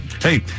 hey